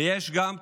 ויש גם תעודות,